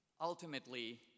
Ultimately